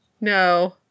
no